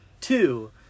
two